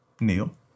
Neil